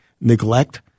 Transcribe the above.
neglect